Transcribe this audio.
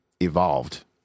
evolved